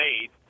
made